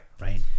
Right